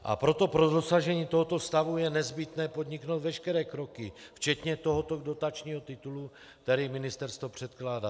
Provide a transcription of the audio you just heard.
A proto pro dosažení tohoto stavu je nezbytné podniknout veškeré kroky, včetně tohoto dotačního titulu, který ministerstvo předkládá.